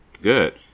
good